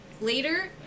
later